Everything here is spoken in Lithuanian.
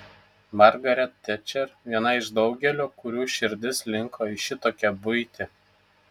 margaret tečer viena iš daugelio kurių širdis linko į šitokią buitį